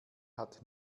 hat